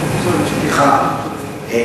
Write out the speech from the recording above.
סליחה.